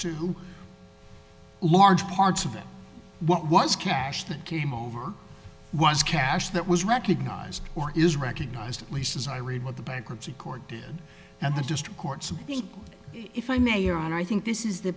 to large parts of it what was cash that came over was cash that was recognized or is recognized at least as i read what the bankruptcy court did and the district courts think if i may or on i think this is the